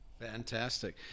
Fantastic